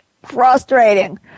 frustrating